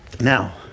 Now